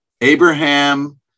Abraham